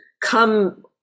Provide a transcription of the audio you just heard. come